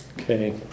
Okay